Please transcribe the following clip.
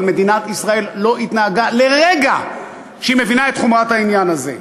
אבל מדינת ישראל לא התנהגה לרגע כמי שמבינה את חומרת העניין הזה.